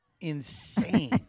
Insane